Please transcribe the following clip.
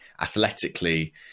athletically